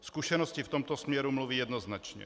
Zkušenosti v tomto směru mluví jednoznačně.